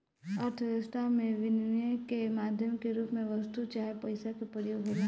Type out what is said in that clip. अर्थव्यस्था में बिनिमय के माध्यम के रूप में वस्तु चाहे पईसा के प्रयोग होला